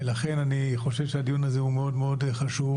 ולכן אני חושב שהדיון הזה הוא מאוד חשוב.